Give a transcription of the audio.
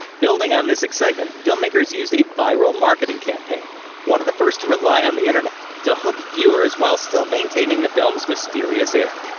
building on this excitement, filmmakers used a viral marketing campaign one of the first to rely on the internet to hook viewers while still maintaining the film's mysterious air.